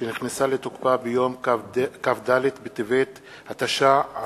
שנכנסה לתוקפה ביום כ"ד בטבת התש"ע,